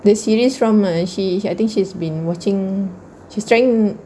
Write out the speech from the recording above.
the series from uh she I think she's been watching she's trying